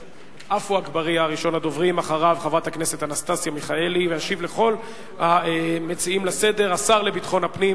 5268, 5274, 5289, 5291, 5306, 5302,